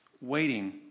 Waiting